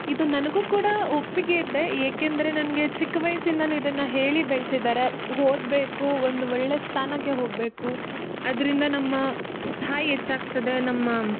ಇದು ನನಗೂ ಕೂಡ ಒಪ್ಪಿಗೆ ಇದೆ ಏಕೆಂದರೆ ನನಗೆ ಚಿಕ್ಕ ವಯ್ಸಿಂದಲೂ ಇದನ್ನು ಹೇಳಿ ಬೆಳೆಸಿದ್ದಾರೆ ಓದ್ಬೇಕು ಒಂದು ಒಳ್ಳೆಯ ಸ್ಥಾನಕ್ಕೆ ಹೋಗಬೇಕು ಅದರಿಂದ ನಮ್ಮ ಸ್ಥಾಯಿ ಹೆಚ್ಚಾಗ್ತದೆ ನಮ್ಮ